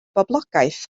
boblogaeth